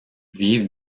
vivent